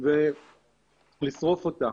ולשרוף אותה.